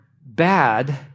bad